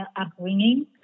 upbringing